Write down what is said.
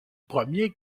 premier